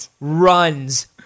runs